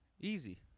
Easy